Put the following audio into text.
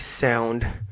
sound